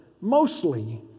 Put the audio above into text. mostly